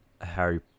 Harry